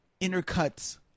intercuts